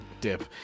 dip